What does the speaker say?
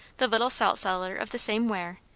the little saltcellar of the same ware,